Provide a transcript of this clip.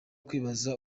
kwibaza